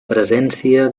presència